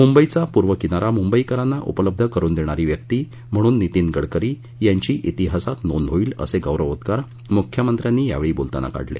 मुंबईचा पूर्व किनारा मुंबईकरांना उपलब्ध करून देणारी व्यक्ती म्हणून नितीन गडकरी यांची शिहासात नोंद होईल असे गौरोवोद्वार मुख्यमंत्र्यांनी यावेळी बोलताना काढले